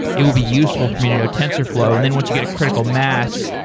it will be useful for me to know tensorflow. and then, once you get a critical mass,